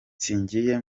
singiye